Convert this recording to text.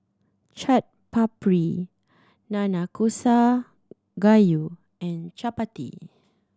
Chaat Papri Nanakusa Gayu and Chapati